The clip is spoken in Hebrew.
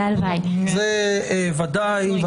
זה בוודאי.